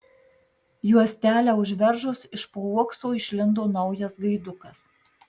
juostelę užveržus iš po uokso išlindo naujas gaidukas